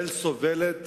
ישראל סובלת